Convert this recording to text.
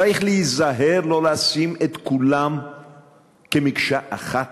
צריך להיזהר לא לשים את כולם כמקשה אחת.